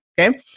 okay